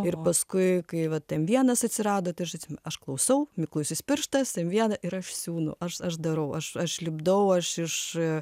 ir paskui kai vat m vienas vienas atsirado tai aš aš klausau miklusis pirštas m vieną ir aš siūnu aš aš darau aš aš lipdau aš iš